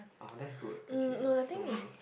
oh that's good okay that's so nice